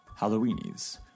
Halloweenies